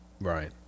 Right